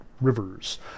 rivers